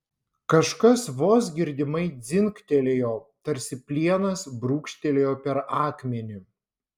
kažkas vos girdimai dzingtelėjo tarsi plienas brūkštelėjo per akmenį